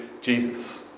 Jesus